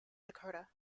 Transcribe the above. dakota